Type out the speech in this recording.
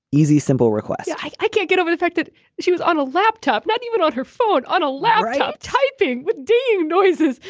easy, simple request i can't get over the fact that she was on a laptop, not even on her phone, on a laptop, typing with deep noises.